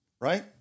right